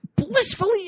blissfully